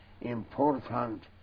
important